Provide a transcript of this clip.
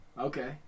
Okay